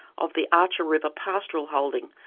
of the archer river pastoral holding,